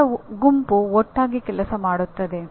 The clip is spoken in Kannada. ಜನರ ಗುಂಪು ಒಟ್ಟಾಗಿ ಕೆಲಸ ಮಾಡುತ್ತದೆ